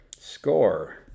score